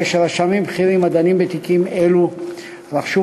הרי שרשמים בכירים הדנים בתיקים אלו רכשו